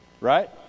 Right